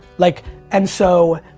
like and so,